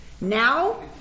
now